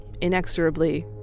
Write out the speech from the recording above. inexorably